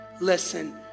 listen